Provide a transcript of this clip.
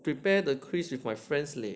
prepare the quiz with my friends leh